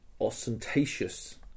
ostentatious